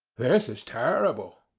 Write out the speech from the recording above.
this is terrible!